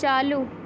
چالو